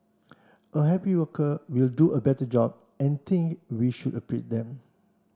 a happy worker will do a better job and think we should appreciate them